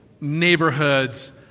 neighborhoods